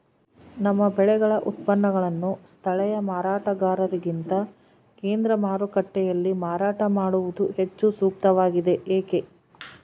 ನಮ್ಮ ಬೆಳೆಗಳ ಉತ್ಪನ್ನಗಳನ್ನು ಸ್ಥಳೇಯ ಮಾರಾಟಗಾರರಿಗಿಂತ ಕೇಂದ್ರ ಮಾರುಕಟ್ಟೆಯಲ್ಲಿ ಮಾರಾಟ ಮಾಡುವುದು ಹೆಚ್ಚು ಸೂಕ್ತವಾಗಿದೆ, ಏಕೆ?